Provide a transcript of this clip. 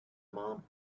mom